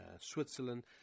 Switzerland